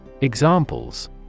Examples